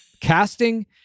casting